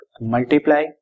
multiply